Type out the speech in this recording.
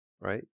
right